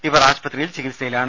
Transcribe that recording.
ഇവർ ആശുപത്രിയിൽ ചികിത്സയിലാണ്